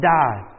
die